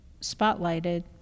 spotlighted